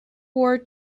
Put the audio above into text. war